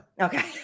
Okay